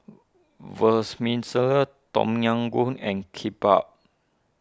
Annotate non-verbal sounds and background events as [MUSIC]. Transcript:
[UNINTELLIGIBLE] Tom Yam Goong and Kimbap